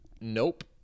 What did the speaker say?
Nope